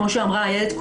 כמו שאמרה איילת,